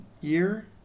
year